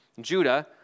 Judah